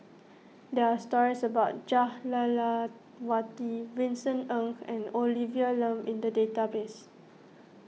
there are stories about Jah Lelawati Vincent Ng and Olivia Lum in the database